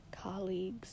colleagues